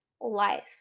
life